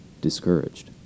discouraged